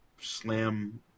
slam